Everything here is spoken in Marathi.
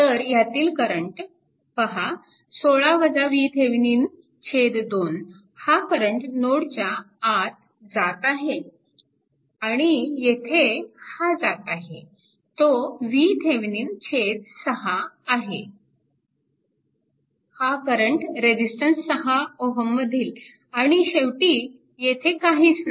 तर ह्यातील करंट पहा 2 हा करंट नोडच्या आत जात आहे आणि येथे हा जात आहे तो VThevenin 6 आहे हा करंट रेजिस्टन्स 6 Ω मधील आणि शेवटी येथे काहीच नाही